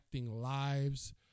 lives